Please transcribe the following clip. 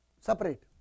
separate